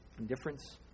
indifference